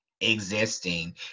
existing